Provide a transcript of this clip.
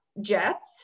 jets